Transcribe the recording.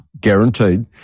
guaranteed